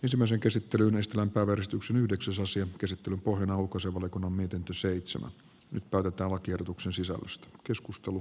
ensimmäisen käsittelyn istvan porrastuksen yhdeksäs asian käsittelyn pohjana on ulkoasiainvaliokunnan mietintö seitsemän l portalakiehdotuksen sisällöstä keskustelu